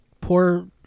poor